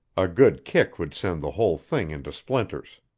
a good kick would send the whole thing into splinters.